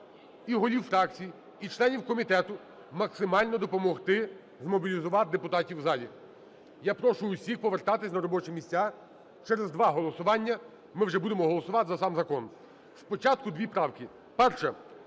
і голів фракцій, і членів комітетів,– допомогти змобілізувати депутатів у залі. Я прошу всіх повертатися на робочі місця. Через два голосування ми вже будемо голосувати за сам закон. Спочатку дві правки. Перше.